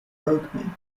bergmann